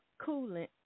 coolant